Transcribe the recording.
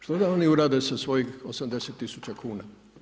Što da oni urade sa svojih 80000 kn?